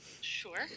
sure